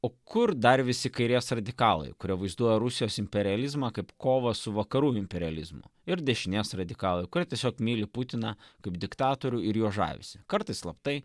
o kur dar visi kairės radikalai kurie vaizduoja rusijos imperializmą kaip kovą su vakarų imperializmo ir dešinės radikalai kurie tiesiog myli putiną kaip diktatorių ir juo žavisi kartais slaptai